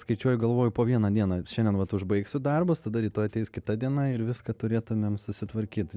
skaičiuoju galvoj po vieną dieną šiandien vat užbaigsiu darbus tada rytoj ateis kita diena ir viską turėtumėm susitvarkyt